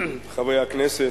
חברי הכנסת,